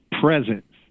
presence